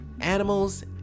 animals